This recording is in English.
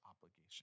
obligation